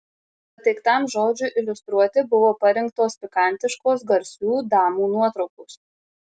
pateiktam žodžiui iliustruoti buvo parinktos pikantiškos garsių damų nuotraukos